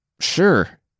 Sure